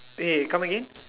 pay come again